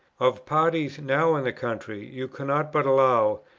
of parties now in the country, you cannot but allow,